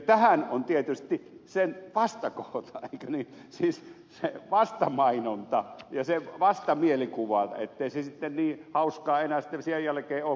tähän on tietysti sen vastakohta eikö niin siis se vastamainonta ja se vastamielikuva ettei se sitten enää niin hauskaa sen jälkeen ole kun krapula tulee